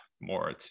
more